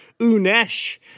Unesh